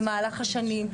במהלך השנים,